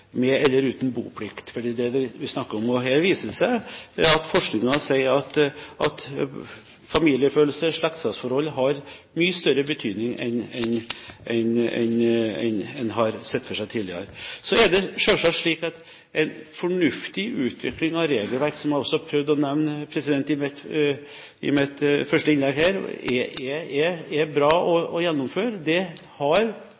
med eller uten prisregulering, med eller uten boplikt, for det er det vi snakker om. Her viser det seg at forskningen sier at familiefølelse og slektskapsforhold har mye større betydning enn hva man har sett for seg tidligere. Så er det selvsagt slik at en fornuftig utvikling av regelverket – som jeg også har prøvd å nevne i mitt første innlegg her – er bra å gjennomføre. Det har